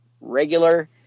regular